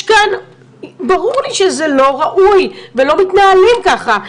ברור לי שזה לא ראוי ולא מתנהלים ככה,